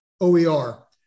OER